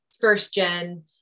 first-gen